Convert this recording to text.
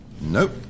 Nope